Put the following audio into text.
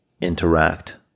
interact